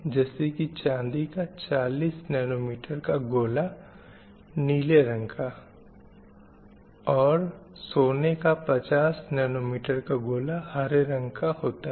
जैसे की चाँदी का 40 nm का गोला नीले रंग का और सोने का 50 nm का गोला हरे रंग का होता है